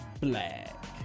black